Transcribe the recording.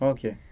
Okay